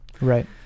Right